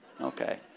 Okay